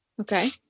Okay